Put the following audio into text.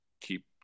keep